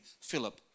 Philip